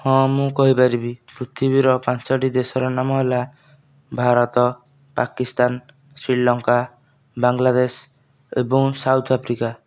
ହଁ ମୁଁ କହି ପାରିବି ପୃଥିବୀର ପାଞ୍ଚୋଟି ଦେଶର ନାମ ହେଲା ଭାରତ ପାକିସ୍ତାନ ଶ୍ରୀଲଙ୍କା ବାଙ୍ଗଲାଦେଶ ଏବଂ ସାଉଥ ଆଫ୍ରିକା